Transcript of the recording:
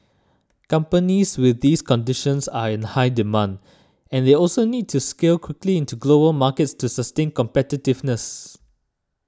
companies with these conditions are in high demand and they also need to scale quickly into global markets to sustain competitiveness